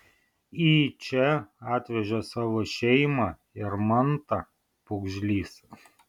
į čia atvežė savo šeimą ir mantą pūgžlys